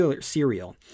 Cereal